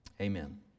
Amen